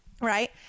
right